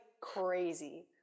crazy